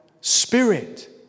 Spirit